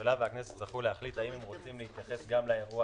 הממשלה והכנסת יצטרכו להחליט האם הם רוצים להתייחס גם לאירוע